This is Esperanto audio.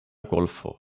golfo